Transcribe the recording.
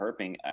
herping